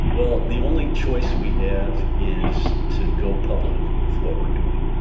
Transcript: well, the only choice we have is to go public with what we're doing.